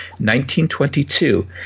1922